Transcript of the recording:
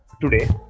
today